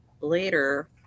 later